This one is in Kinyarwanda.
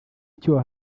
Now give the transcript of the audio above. icyuho